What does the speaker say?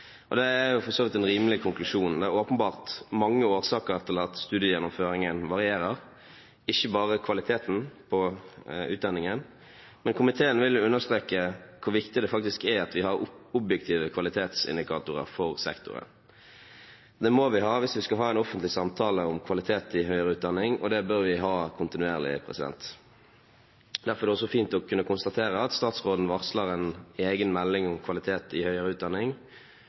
Det er for så vidt en rimelig konklusjon. Det er åpenbart mange årsaker til at studiegjennomføringen varierer, ikke bare kvaliteten på utdanningen, men komiteen vil understreke hvor viktig det faktisk er at vi har objektive kvalitetsindikatorer for sektoren. Det må vi ha hvis vi skal ha en offentlig samtale om kvalitet i høyere utdanning, og det bør vi ha kontinuerlig. Derfor er det også fint å kunne konstatere at statsråden varsler en egen melding om kvalitet i høyere utdanning,